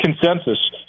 consensus